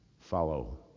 Follow